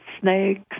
snakes